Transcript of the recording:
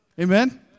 Amen